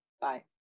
bye